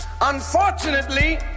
Unfortunately